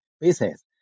basis